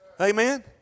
Amen